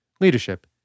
leadership